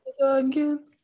again